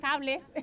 cables